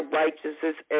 righteousness